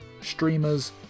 Streamers